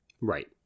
right